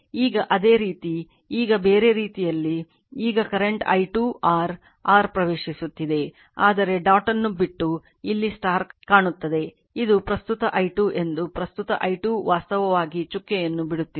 ಈಗ ಅದೇ ರೀತಿ ಈಗ ಬೇರೆ ರೀತಿಯಲ್ಲಿ ಈಗ ಕರೆಂಟ್ i 2 r r ಪ್ರವೇಶಿಸುತ್ತಿದೆ ಆದರೆ ಡಾಟ್ ಅನ್ನು ಬಿಟ್ಟು ಇಲ್ಲಿ ಕಾಣುತ್ತದೆ ಇದು ಪ್ರಸ್ತುತ i 2 ಎಂದು ಪ್ರಸ್ತುತ i 2 ವಾಸ್ತವವಾಗಿ ಚುಕ್ಕೆಯನ್ನು ಬಿಡುತ್ತಿದೆ